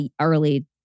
early